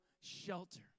shelter